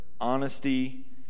honesty